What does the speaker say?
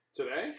Today